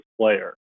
player